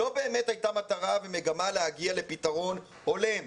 לא באמת הייתה מטרה ומגמה להגיע לפתרון הולם.